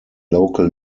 local